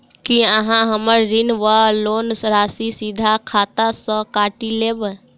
की अहाँ हम्मर ऋण वा लोन राशि सीधा खाता सँ काटि लेबऽ?